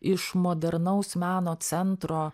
iš modernaus meno centro